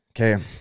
Okay